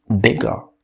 bigger